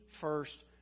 first